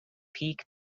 peak